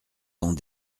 tant